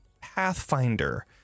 Pathfinder